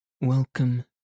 Welcome